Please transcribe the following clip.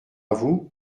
vous